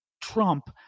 Trump